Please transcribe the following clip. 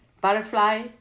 Butterfly